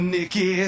Nikki